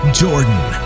jordan